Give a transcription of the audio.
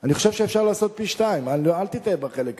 אני חושב שאפשר לעשות פי-שניים, אל תטעה בחלק הזה,